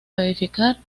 verificar